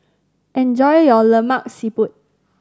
enjoy your Lemak Siput